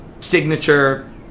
signature